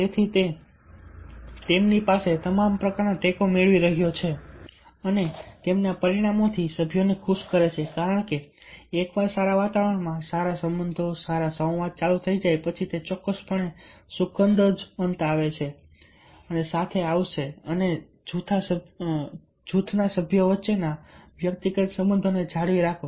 તેથી તે તેમની પાસેથી તમામ પ્રકારનો ટેકો મેળવી રહ્યો છે અને પરિણામથી સભ્યોને ખુશ કરે છે કારણ કે એકવાર સારા વાતાવરણમાં સારા સંબંધો સારા સંવાદ ચાલુ થઈ જાય પછી તે ચોક્કસપણે સુખદ અંત સાથે આવશે અને જૂથના સભ્યો વચ્ચેના વ્યક્તિગત સંબંધોને જાળવી રાખો